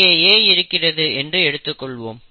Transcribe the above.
இங்கே A இருக்கிறது என்று எடுத்துக்கொள்வோம்